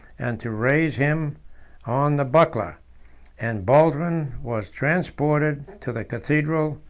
and to raise him on the buckler and baldwin was transported to the cathedral,